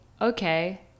okay